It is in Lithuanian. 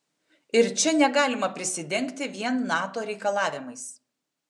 ir čia negalima prisidengti vien nato reikalavimais